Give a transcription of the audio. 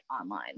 online